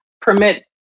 permit